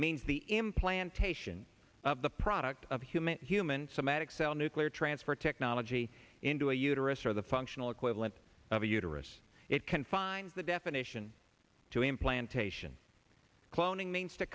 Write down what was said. means the implantation of the product of human human sematic cell nuclear transfer technology into a uterus or the functional equivalent of a uterus it confines the definition to implantation cloning means to